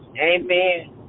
Amen